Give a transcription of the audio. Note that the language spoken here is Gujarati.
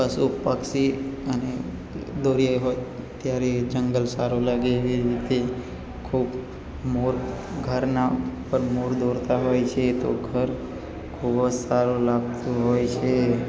પશુ પક્ષી અને દોરીએ હોય ત્યારે એ જંગલ સારું લાગે એવી રીતે ખૂબ મોર ઘરના પર મોર દોરતા હોય છે તો ઘર ખૂબ જ સારો લાગતો હોય છે